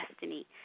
destiny